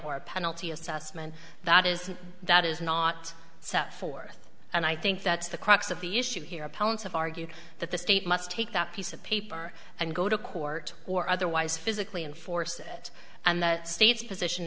or penalty assessment that is that is not set forth and i think that's the crux of the issue here opponents have argued that the state must take that piece of paper and go to court or otherwise physically enforce it and the state's position